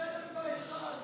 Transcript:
בושה, צלם בהיכל.